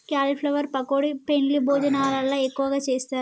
cauliflower pakodi పెండ్లి భోజనాలల్ల ఎక్కువగా చేస్తారు